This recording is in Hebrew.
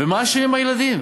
ומה אשמים הילדים?